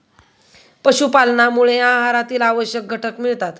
पशुपालनामुळे आहारातील आवश्यक घटक मिळतात